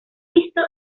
visto